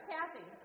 Kathy